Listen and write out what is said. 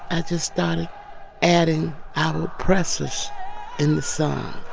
i just started adding our oppressors in the song.